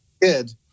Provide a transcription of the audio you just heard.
kid